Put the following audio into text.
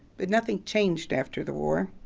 but nothing changed after the war.